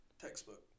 textbook